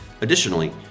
Additionally